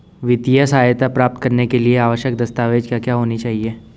वित्तीय सहायता प्राप्त करने के लिए आवश्यक दस्तावेज क्या क्या होनी चाहिए?